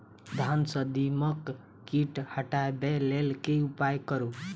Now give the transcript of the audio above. धान सँ दीमक कीट हटाबै लेल केँ उपाय करु?